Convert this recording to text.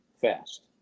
Fast